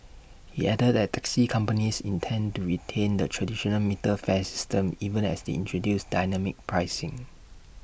he added that taxi companies intend to retain the traditional metered fare system even as they introduce dynamic pricing